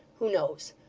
who knows?